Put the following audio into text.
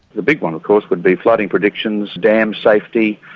the big one of course would be flooding predictions, dam safety,